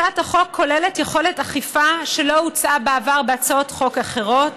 הצעת החוק כוללת יכולת אכיפה שלא הוצעה בעבר בהצעות חוק אחרות,